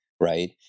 right